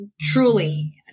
truly